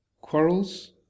quarrels